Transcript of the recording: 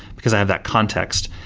because i have that context.